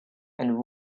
and